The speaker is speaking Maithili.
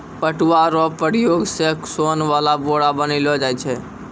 पटुआ रो प्रयोग से सोन वाला बोरा बनैलो जाय छै